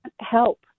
help